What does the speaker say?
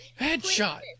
Headshot